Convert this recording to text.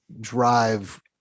drive